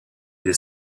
des